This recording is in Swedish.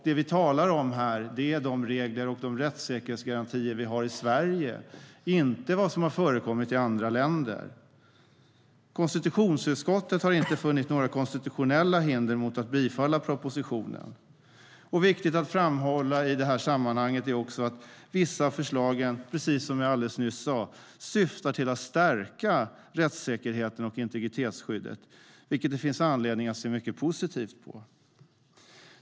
Det vi talar om här är de regler och de rättssäkerhetsgarantier vi har i Sverige, inte vad som har förekommit i andra länder. Konstitutionsutskottet har inte funnit några konstitutionella hinder mot att bifalla propositionen. Viktigt att framhålla i detta sammanhang är också att vissa av förslagen, precis som jag alldeles nyss sa, syftar till att stärka rättssäkerheten och integritetsskyddet, vilket det finns anledning att se mycket positivt på.